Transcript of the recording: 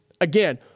again